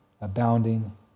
abounding